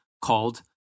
called